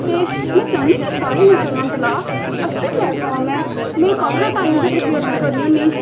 ते में चाह्न्नी कि सारे इंस्टाग्राम चला अच्छी प्लैटफार्म ऐ में काफी जादा टाइम एह्दे उप्पर व्यर्थ करनी होन्नी